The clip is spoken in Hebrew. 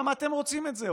למה אתם רוצים את זה,